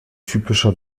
typischer